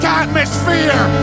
atmosphere